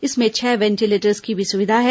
इसमें छह वेंटिलेटर्स की भी सुविधा है